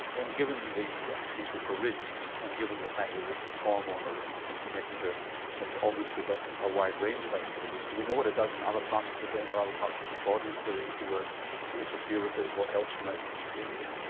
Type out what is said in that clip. and given the potential for risks and given the fact that this hormone or this chemical messenger has obviously got a wide range of activities, do we know what it does in other parts of the brain, or ah other parts of the body so that if you were to interfere with it what else you might be interfering with?